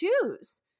choose